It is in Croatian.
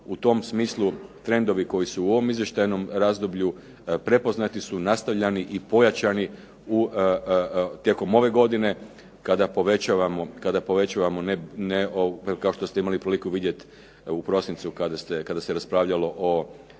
U tom smislu trendovi koji su u ovom izvještajnom razdoblju prepoznati su, nastavljani i pojačani tijekom ove godine kada povećavamo ne kao što ste imali priliku vidjeti u prosincu kada se raspravljalo o